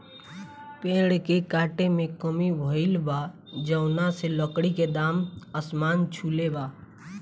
पेड़ के काटे में कमी भइल बा, जवना से लकड़ी के दाम आसमान छुले बा